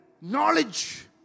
knowledge